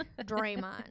Draymond